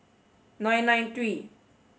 nine nine three